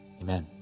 Amen